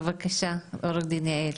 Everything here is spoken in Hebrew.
בבקשה, עורכת דין יעל.